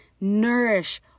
nourish